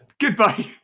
Goodbye